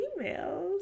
emails